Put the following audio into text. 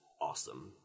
awesome